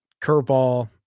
curveball